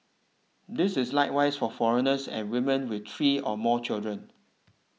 this is likewise for foreigners and women with three or more children